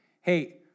Hey